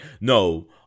no